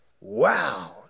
Wow